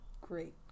great